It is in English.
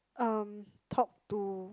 um talk to